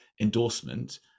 endorsement